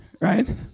Right